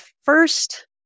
first